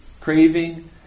Craving